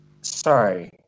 Sorry